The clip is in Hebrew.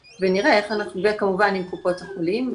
וכמובן עם קופות החולים,